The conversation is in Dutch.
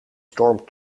storm